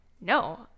no